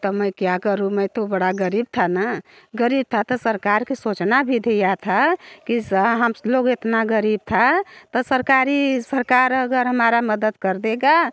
तो मैं क्या करूँ मैं तो बड़ा गरीब था ना गरीब था तो सरकार के सोचना भी दिया था कि हम लोग इतना गरीब था तो सरकारी सरकार अगर हमारा मदद कर देगा